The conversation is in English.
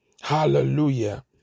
Hallelujah